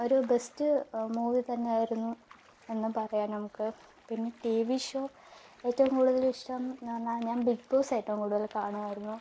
ഒരു best movie തന്നെയായിരുന്നു എന്ന് പറയാം നമുക്ക് പിന്നെ ടി വി ഷോ ഏറ്റവും കൂടുതൽ ഇഷ്ടം എന്ന് പറഞ്ഞാൽ ഞാൻ ബിഗ് ബോസ് ഏറ്റവും കൂടുതൽ കാണുമായിരുന്നു